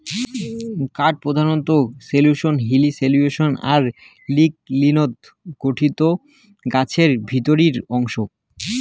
কাঠ প্রধানত cellulose, hemicellulose আর লিগলিনত গঠিত গছের ভিতরির অংশ